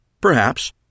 Perhaps